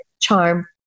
charm